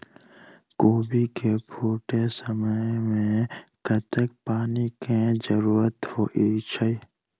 कोबी केँ फूटे समय मे कतेक पानि केँ जरूरत होइ छै?